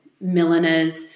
milliners